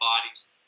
bodies